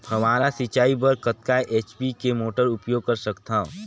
फव्वारा सिंचाई बर कतका एच.पी के मोटर उपयोग कर सकथव?